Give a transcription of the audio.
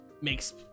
makes